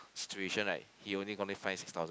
situation right he only going fine six thousand